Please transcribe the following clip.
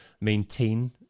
maintain